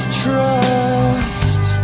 trust